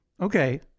Okay